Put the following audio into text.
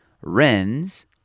wrens